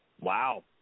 Wow